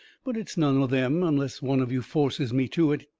but it's none of them, unless one of you forces me to it.